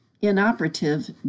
inoperative